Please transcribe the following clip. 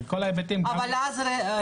וכל ההיבטים --- זהו,